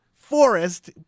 forest